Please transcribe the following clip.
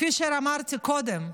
כפי שאמרתי קודם,